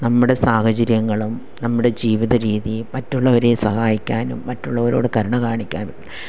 നമ്മുടെ സാഹചര്യങ്ങളും നമ്മുടെ ജീവിത രീതി മറ്റുള്ളവരെ സഹായിക്കാനും മറ്റുള്ളവരോട് കരുണ കാണിക്കാനും